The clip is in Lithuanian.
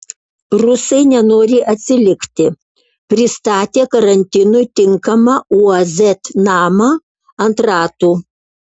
rusai nenori atsilikti pristatė karantinui tinkamą uaz namą ant ratų